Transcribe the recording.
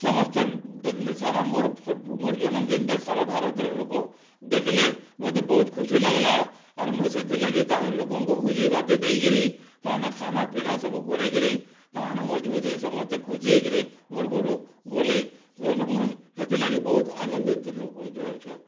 ସମସ୍ତ ଦେଖିଲି ସାରା ମୋର ଫଟୋ ମୋର ଜନ୍ମ ଦିନ୍ଟା ସାରା ଭାରତର ଲୋକ ଦେଖିଲେ ମୋତେ ବହୁତ ଖୁସି ଲାଗିଲା ଆରେ ମୁଇଁ ସେଥିର୍ ଲାଗି ତାଙ୍କର୍ ଲୋକଙ୍କୁ ଭୋଜି ଭାତ ଦେଇ କିରି ତା ନା ଖାନା ପିନା ସବୁ କରେଇ କିରି ତା ମାନେ ମଜଭୁତ୍ରେ ସମସ୍ତେ ଖୁସି ହେଇ କିରି ମୋର ଘରୁ ଗଲେ ନହେଲେ ମୁଇଁ ସେଥିଲାଗି ବହୁତ୍ ଆନନ୍ଦିତ ହୋଇ କି ରହି ଅଛେ